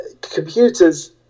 computers